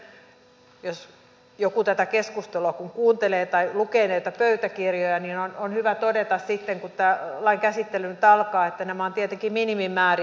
totean myöskin sen jos joku tätä keskustelua kuuntelee tai lukee näitä pöytäkirjoja että on hyvä todeta sitten kun tämän lain käsittely nyt alkaa että nämä ovat tietenkin minimimääriä